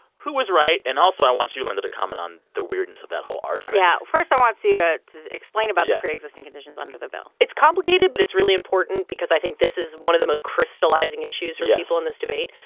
who was right? and, also, i want you, linda, to comment on the weirdness of that whole argument yeah, first, i want you to to explain about the pre-existing conditions under the bill it's complicated, but it's really important because i think this is one of the most crystallizing issues. yes. for people in this debate.